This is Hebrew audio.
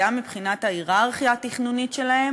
גם מבחינת ההייררכיה התכנונית שלה,